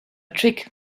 trick